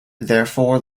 therefore